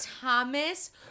Thomas